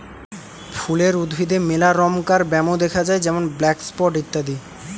ফুলের উদ্ভিদে মেলা রমকার ব্যামো দ্যাখা যায় যেমন ব্ল্যাক স্পট ইত্যাদি